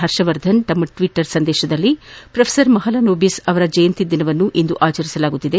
Harshvardhan tweet ಮಾಡಿ professor Mahalanobis ಅವರ ಜಯಂತಿ ದಿನವನ್ನು ಇಂದು ಆಚರಿಸಲಾಗುತ್ತಿದೆ